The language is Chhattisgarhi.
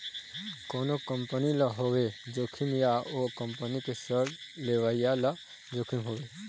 कोनो कंपनी ल होवय जोखिम या ओ कंपनी के सेयर लेवइया ल जोखिम होवय